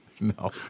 No